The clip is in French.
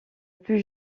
plus